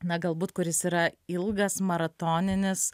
na galbūt kuris yra ilgas maratoninis